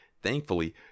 Thankfully